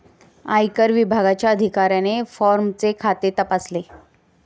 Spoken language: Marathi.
आयकर विभागाच्या अधिकाऱ्याने फॉर्मचे खाते तपासले